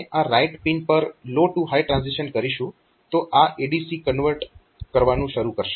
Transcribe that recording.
તો જ્યારે આપણે આ રાઇટ પિન પર લો ટૂ હાય ટ્રાન્ઝીશન કરીશું તો આ ADC કન્વર્ટ કરવાનું શરૂ કરશે